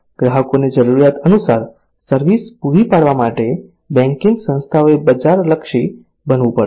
ગ્રાહકોની જરૂરિયાતો અનુસાર સર્વિસ પૂરી પાડવા માટે બેન્કિંગ સંસ્થાઓએ બજાર લક્ષી બનવું પડશે